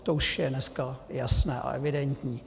To už je dneska jasné a evidentní.